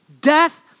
death